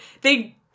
they-